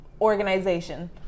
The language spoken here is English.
organization